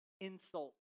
insult